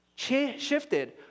shifted